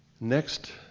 next